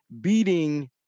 beating